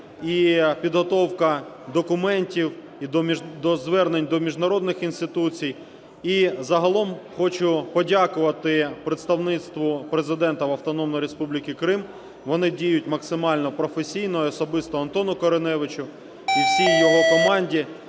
і підготовка документів-звернень і до міжнародних інституцій. І загалом хочу подякувати Представництву Президента в Автономній Республіці Крим, вони діють максимально професійно, і особисто Антону Кориневичу і всій його команді